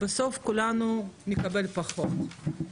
בסוף כולנו נקבל פחות.